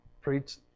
Preach